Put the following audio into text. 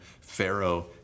Pharaoh